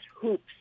hoops